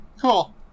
Cool